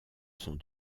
sont